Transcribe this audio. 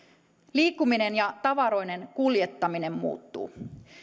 liikkuminen ja tavaroiden kuljettaminen muuttuu